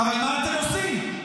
אבל מה אתם עושים?